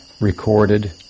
recorded